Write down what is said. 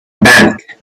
bank